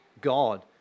God